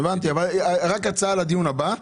הבנתי אבל רק הצעה לדיון הבא.